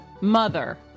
mother